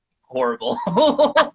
horrible